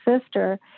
sister